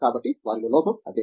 కాబట్టి వారిలో లోపం అదే